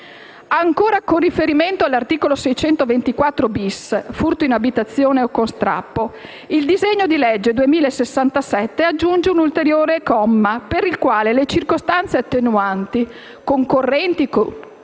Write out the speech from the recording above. sempre con riferimento all'articolo 624*-bis* (furto in abitazione o con strappo), il disegno di legge n. 2067 aggiunge un ulteriore comma, per il quale le circostanze attenuanti, concorrenti con una o più